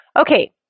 Okay